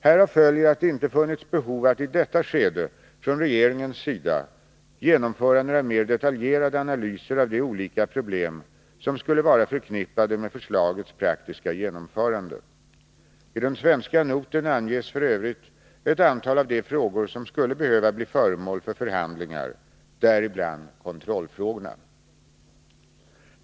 Härav följer att det inte funnits behov att i detta skede från regeringens sida genomföra några mer detaljerade analyser av de olika problem som skulle vara förknippade med förslagets praktiska genomförande. I den svenska noten anges f. ö. ett antal av de frågor som skulle behöva bli föremål för förhandlingar, däribland kontrollfrågorna.